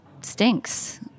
stinks